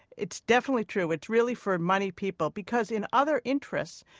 it's definitely true. it's really for money people. because in other interests,